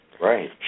Right